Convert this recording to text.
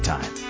Time